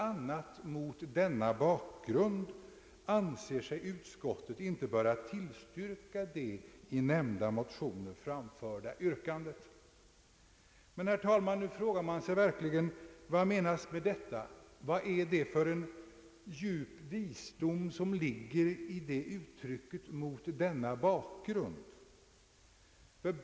a. mot denna bakgrund anser sig utskottet inte böra tillstyrka det i nämnda motioner framförda yrkandet.> Men, herr talman, nu frågar man sig verkligen: Vad menas med detta? Vad är det för en djup visdom som ligger förböorgad i uttrycket >mot denna bakgrund»?